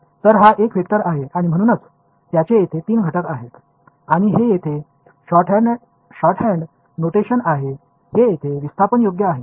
तर हा एक वेक्टर आहे आणि म्हणूनच त्याचे येथे तीन घटक आहेत आणि हे येथे शॉर्टहॅन्ड नोटेशन आहे हे येथे विस्थापन योग्य आहे